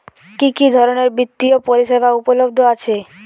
কি কি ধরনের বৃত্তিয় পরিসেবা উপলব্ধ আছে?